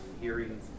hearing